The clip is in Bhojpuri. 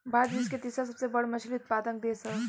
भारत विश्व के तीसरा सबसे बड़ मछली उत्पादक देश ह